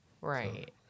Right